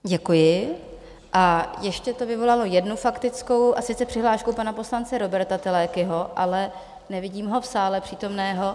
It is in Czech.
Děkuji a ještě to vyvolalo jednu faktickou, a sice přihlášku pana poslance Róberta Telekyho, ale nevidím ho v sále přítomného.